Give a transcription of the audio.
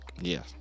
Yes